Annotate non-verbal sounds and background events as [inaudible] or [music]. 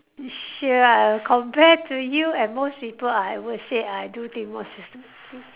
you sure ah compare to you and most people I would say I do thing more syste~ [noise]